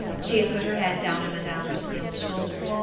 she had put her head down on madame ratignolle's shoulder.